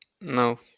No